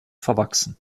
verwachsen